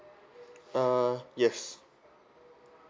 uh yes